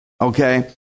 Okay